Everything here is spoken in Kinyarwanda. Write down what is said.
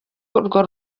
urwo